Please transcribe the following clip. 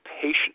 patient